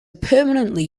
permanently